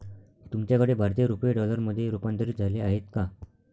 तुमच्याकडे भारतीय रुपये डॉलरमध्ये रूपांतरित झाले आहेत का?